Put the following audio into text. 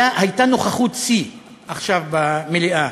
הייתה נוכחות שיא עכשיו בוועדה.